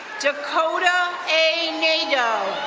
dakota a. nato.